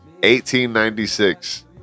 1896